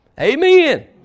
Amen